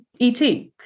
ET